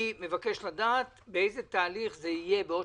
אני מבקש לדעת בעוד שלושה ימים באיזה תהליך זה יהיה,